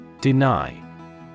Deny